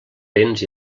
béns